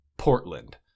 Portland